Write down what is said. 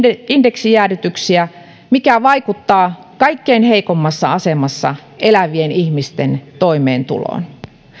indeksijäädytyksiä mikä vaikuttaa kaikkein heikommassa asemassa elävien ihmisten toimeentuloon